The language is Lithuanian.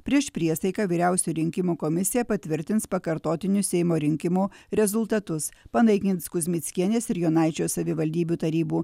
prieš priesaiką vyriausioji rinkimų komisija patvirtins pakartotinių seimo rinkimų rezultatus panaikins kuzmickienės ir jonaičio savivaldybių tarybų